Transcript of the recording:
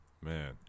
man